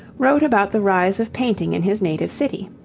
wrote about the rise of painting in his native city.